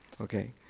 okay